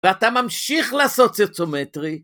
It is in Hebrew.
ואתה ממשיך לעשות סוציומטרי.